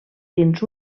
dins